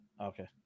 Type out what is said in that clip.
Okay